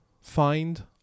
find